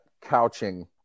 couching